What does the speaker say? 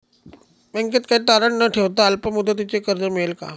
बँकेत काही तारण न ठेवता अल्प मुदतीचे कर्ज मिळेल का?